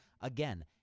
Again